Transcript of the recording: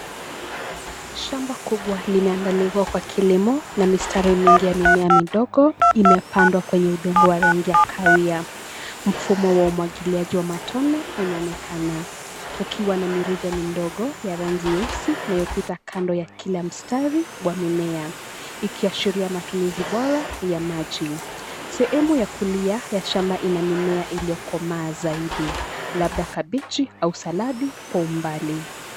Shamba kubwa limeandaliwa kwa kilimo na mistari mingi ya mimea midogo imepandwa kwenye udongo wa rangi ya kahawia. Mfumo wa umagiliaji wa matone unaonekana. Ukiwa na mirija mindogo ya rangi nyeusi yanayopita kando ya kila mistari wa mimea, ikiashiria matumizi bora ya maji. Sehemu ya kulia ya shamba ina mimea iliokoma zaidi, labda kabichi au saladi kwa umbali.